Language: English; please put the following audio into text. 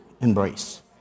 embrace